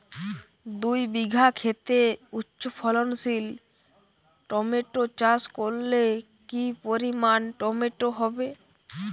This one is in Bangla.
দুই বিঘা খেতে উচ্চফলনশীল টমেটো চাষ করলে কি পরিমাণ টমেটো হবে?